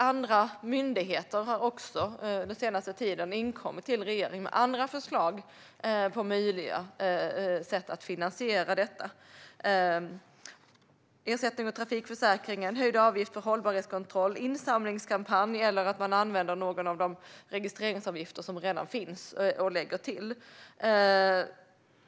Andra myndigheter har den senaste tiden inkommit till regeringen med andra förslag på möjliga sätt att finansiera detta, såsom ersättning via trafikförsäkringen, höjd avgift för hållbarhetskontroll, en insamlingskampanj eller att man använder någon av de registreringsavgifter som redan finns och gör ett tillägg.